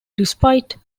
despite